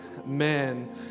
amen